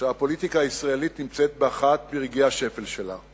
שהפוליטיקה הישראלית נמצאת באחד מרגעי השפל שלה.